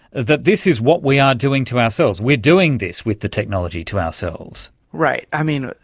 that this is what we are doing to ourselves, we are doing this with the technology to ourselves. right. i mean,